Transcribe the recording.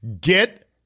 Get